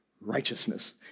righteousness